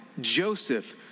Joseph